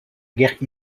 guerre